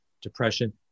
depression